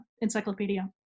encyclopedia